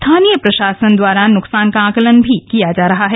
सीनीय प्रशासन द्वारा नुकसान का आंकलन भी किया जा रहा है